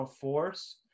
force